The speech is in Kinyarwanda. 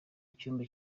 icyumba